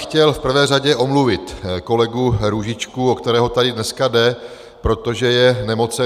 Chtěl bych v prvé řadě omluvit kolegu Růžičku, o kterého tady dneska jde, protože je nemocen.